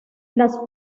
las